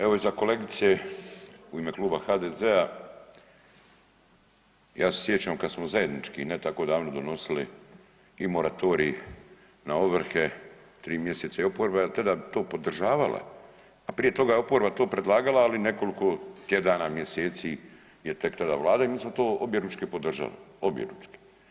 Evo iza kolegice u ime Kluba HDZ-a ja se sjećam kad smo zajednički ne tako davno donosili i moratorij na ovrhe 3 mjeseca i oporba je tada to podržavala, a prije toga je oporba to predlagala ali nekoliko tjedana, mjeseci je tek tada Vlada i mi smo to objeručke podržali, objeručke.